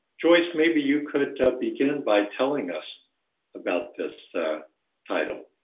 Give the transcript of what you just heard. joyce, maybe you could begin by telling us about this title.